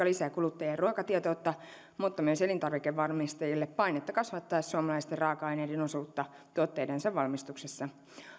lisää kuluttajien ruokatietoutta mutta myös elintarvikevalmistajille painetta kasvattaa suomalaisten raaka aineiden osuutta tuotteidensa valmistuksessa